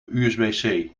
usb